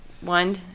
One